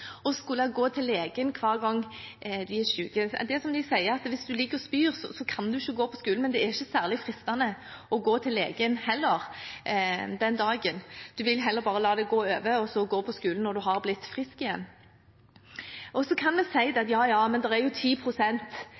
å skulle gå til legen hver gang de er syke. Som de sier: Hvis man ligger og spyr, kan man ikke gå på skolen, men det er heller ikke særlig fristende å gå til legen den dagen. Man vil heller bare la det gå over og gå på skolen når man har blitt frisk igjen. Så kan vi si at ja, ja, men det kan være 10 pst. udokumentert fravær, og meningen er jo